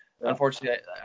Unfortunately